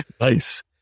Nice